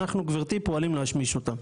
אנחנו גברתי פועלים להשמיש אותם.